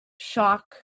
shock